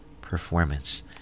performance